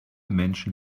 menschen